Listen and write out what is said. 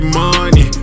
money